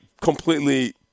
completely